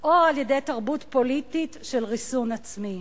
או על-ידי תרבות פוליטית של ריסון עצמי.